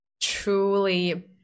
truly